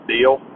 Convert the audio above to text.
deal